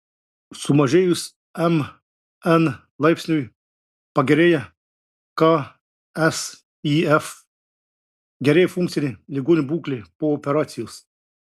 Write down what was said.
sumažėjus mn laipsniui pagerėja ksif gerėja funkcinė ligonių būklė po operacijos